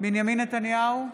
בנימין נתניהו,